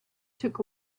took